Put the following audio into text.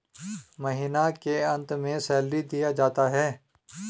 महीना के अंत में सैलरी दिया जाता है